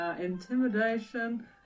Intimidation